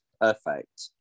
perfect